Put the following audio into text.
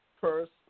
first